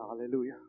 Hallelujah